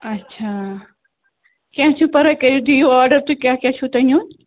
اچھا کیٚنٛہہ چھُنہٕ پَراے کٔرِو دِیِو آرڈَر تُہۍ کیٛاہ کیٛاہ چھُو تۄہہِ نیُن